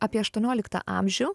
apie aštuonioliktą amžių